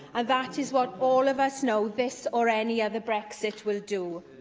ah that is what all of us know this or any other brexit will do.